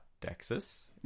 Texas